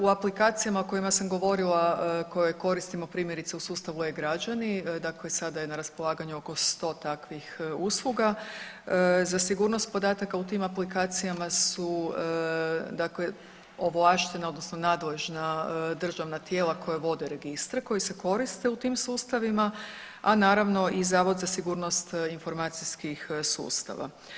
U aplikacijama o kojima sam govorila koje koristimo primjerice u sustavu e-građani, dakle sada je na raspolaganju oko 100 takvih usluga, za sigurnost podataka u tim aplikacijama su ovlaštena odnosno nadležna državna tijela koja vode registre koji se koriste u tim sustavima, a naravno i Zavod za sigurnost informacijskih sustava.